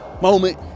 moment